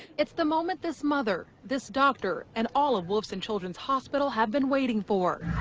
it's the moment this mother, this doctor and all of wilson children's hospital have been waiting for.